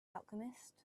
alchemist